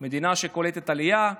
מדינה שקולטת עלייה.